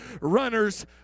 runners